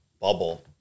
bubble